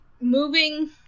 moving